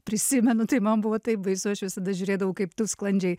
prisimenu tai man buvo taip baisu aš visada žiūrėdavau kaip tu sklandžiai